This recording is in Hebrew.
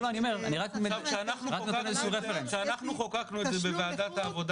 --- כשאנחנו חוקקנו את זה בוועדת העבודה